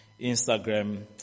Instagram